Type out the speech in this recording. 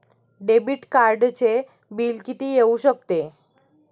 Debit कार्डचे bill किती येऊ शकते?